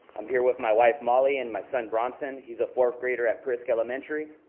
i'm here with my wife molly and my son bronson. he's a fourth grader at prisk elementary.